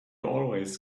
always